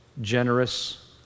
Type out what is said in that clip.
generous